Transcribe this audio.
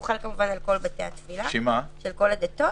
והוא חל כמובן על כל בתי התפילה של כל הדתות.